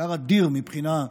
אתגר אדיר מבחינה,